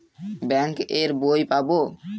Bank এর বই পাবো?